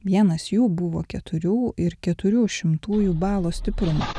vienas jų buvo keturių ir keturių šimtųjų balo stiprumo